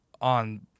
on